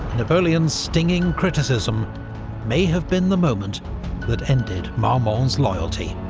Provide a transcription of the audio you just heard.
napoleon's stinging criticism may have been the moment that ended marmont's loyalty.